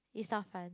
it's not fun